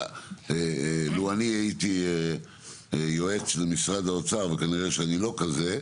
לו אני הייתי יועץ למשרד האוצר וכנראה שאני לא כזה,